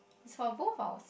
for both our